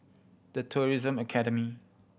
The Tourism Academy